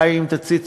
די אם תציצו